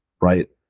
right